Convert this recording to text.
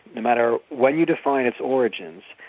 no matter when you define its origins,